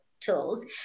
tools